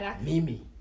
Mimi